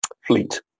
fleet